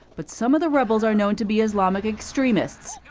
but some of the rebels are known to be islamic extremists.